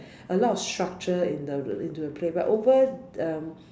a lot of structure in the into the play but over um